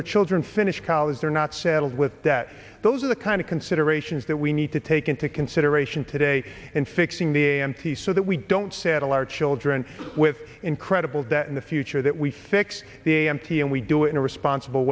their children finish college they're not saddled with debt those are the kind of considerations that we need to take into consideration today in fixing the a m t so that we don't saddle our children with incredible debt in the future that we fix the a m t and we do it in a responsible